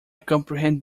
comprehend